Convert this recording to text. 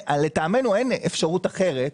לטעמנו אין אפשרות אחרת,